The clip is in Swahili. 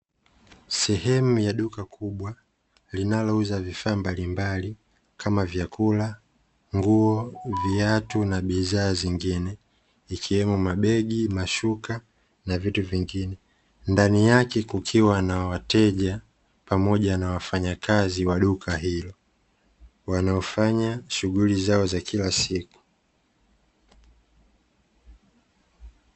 Sehemu ya duka kubwa linalouza vifaa mbalimbali kama vyakula, nguo, viatu na bidhaa zingine ikiwemo; mabegi, mashuka na vitu vingine. Ndani yake kukiwa na wateja pamoja na wafanyakazi wa duka hilo, wanaofanya shughuli zao za kila siku.